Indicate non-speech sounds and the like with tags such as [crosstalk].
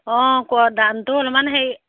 অঁ [unintelligible] দামটো অলপমান হেৰি